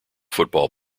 football